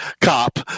cop